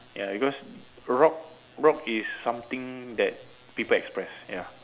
ya because rock rock is something that people express ya